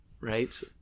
right